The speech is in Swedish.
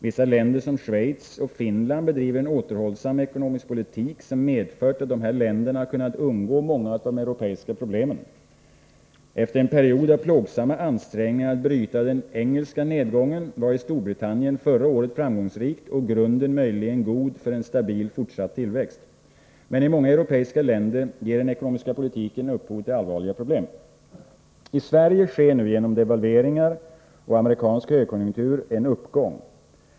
Vissa länder såsom Schweiz och Finland bedriver en återhållsam ekonomisk politik, som har medfört att dessa länder har kunnat undgå många av de europeiska problemen. Efter en period av plågsamma ansträngningar att bryta den engelska nedgången var Storbritannien förra året framgångsrikt och grunden möjligen god för en stabil fortsatt tillväxt. Men i många europeiska länder ger den ekonomiska politiken upphov till allvarliga problem. I Sverige sker nu genom devalveringar och amerikansk högkonjunktur en uppgång.